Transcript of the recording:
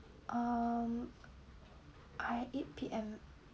um ah eight P_M